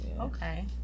Okay